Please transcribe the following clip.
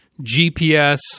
GPS